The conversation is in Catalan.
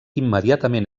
immediatament